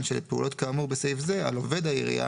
של פעולות כאמור בסעיף זה על עובד העירייה,